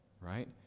right